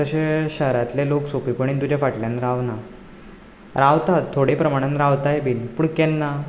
तशे शारांतले लोक सोंपेपणी तुज्या फाटल्यान रावना रावता थोडे प्रमाणान रावताय बीन पूण केन्ना